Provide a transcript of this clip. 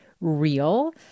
real